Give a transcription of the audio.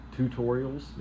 tutorials